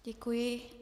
Děkuji.